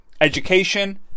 Education